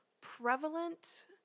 prevalent